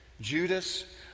Judas